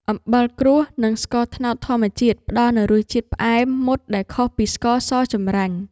អំបិលគ្រួស និងស្ករត្នោតធម្មជាតិផ្ដល់នូវរសជាតិផ្អែមមុតដែលខុសពីស្ករសចម្រាញ់។